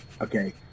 Okay